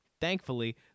thankfully